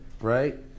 right